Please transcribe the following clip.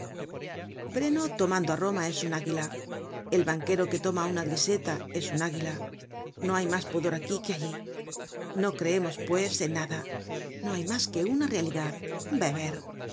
breno tomando á roma es un águila el banquero que toma á una griseta es un águila no hay mas pudor aquí que allí no creemos pues en nadf no hay mas que una realidad beber